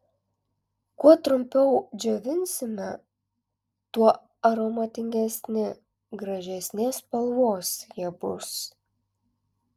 kuo trumpiau džiovinsime tuo aromatingesni gražesnės spalvos jie bus